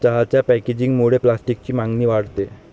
चहाच्या पॅकेजिंगमुळे प्लास्टिकची मागणी वाढते